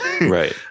right